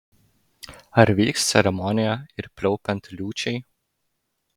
ar vyks ceremonija ir pliaupiant liūčiai